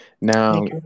now